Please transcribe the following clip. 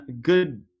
good